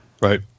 Right